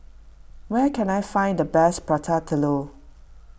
where can I find the best Prata Telur